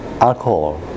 alcohol